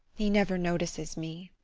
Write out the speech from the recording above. he never notices me.